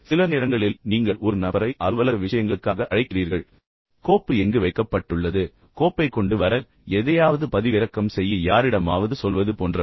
சில நேரங்களில் நீங்கள் ஒரு நபரை அலுவலக வழக்கமான வணிக விஷயங்களுக்காக மட்டுமே அழைக்கிறீர்கள் கோப்பு எங்கு வைக்கப்பட்டுள்ளது என்று யாரிடமாவது சொல்வது கோப்பைக் கொண்டு வர யாரிடமாவது சொல்வது எதையாவது பதிவிறக்கம் செய்ய யாரிடமாவது சொல்வது போன்றவை